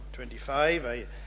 25